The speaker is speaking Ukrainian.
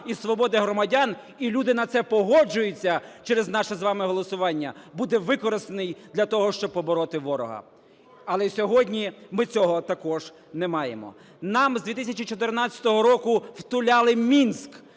і свободи громадян, і люди на це погоджуються через наше з вами голосування, буде використаний для того, щоб побороти ворога. Але сьогодні ми цього також не маємо. Нам з 2014 року втуляли Мінськ,